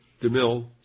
DeMille